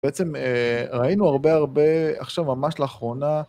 בעצם ראינו הרבה הרבה עכשיו ממש לאחרונה...